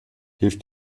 hilft